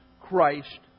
Christ